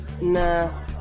Nah